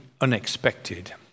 unexpected